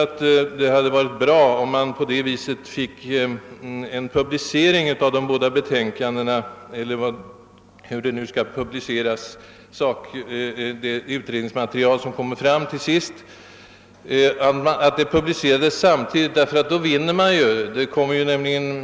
Det hade också varit bra om man på detta sätt kunnat uppnå att de båda kommittéernas utredningsmaterial — jag förutsätter det skall publiceras i form av betänkanden — kunnat presenteras på en och samma gång.